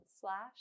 slash